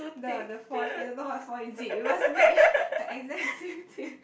the the font I don't know what font is it it must match the exact same thing